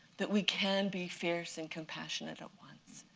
that we can be fierce and compassionate at once.